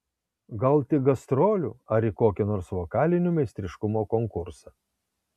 gal tik gastrolių ar į kokį nors vokalinio meistriškumo konkursą